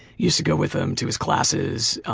used to go with him to his classes.